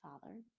father